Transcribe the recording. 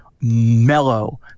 Mellow